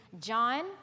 John